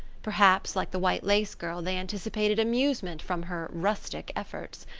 perhaps, like the white-lace girl, they anticipated amusement from her rustic efforts.